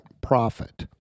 profit